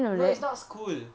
no it's not school